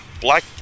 black